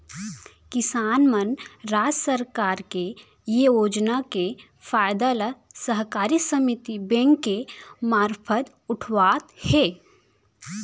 किसान मन राज सरकार के ये योजना के फायदा ल सहकारी समिति बेंक के मारफत उठावत हें